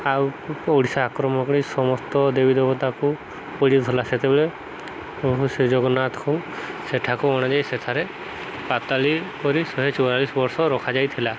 ଆଉ ଓଡ଼ିଶା ଆକ୍ରମଣ କରି ସମସ୍ତ ଦେବୀ ଦେବତାକୁ ସେଥିପାଇଁ ଶ୍ରୀ ଜଗନ୍ନାଥକୁ ସେଠାକୁ ଅଣାଯାଇ ସେଠାରେ ପାତାଳି କରି ଶହେ ଚଉରାଳିଶି ବର୍ଷ ରଖାଯାଇଥିଲା